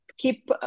keep